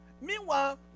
meanwhile